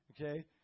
okay